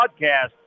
Podcast